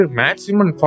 maximum